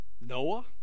Noah